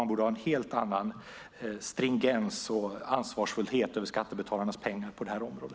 Man bör ha en helt annan stringens och ansvarsfullhet när det gäller skattebetalarnas pengar på detta område.